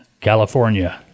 California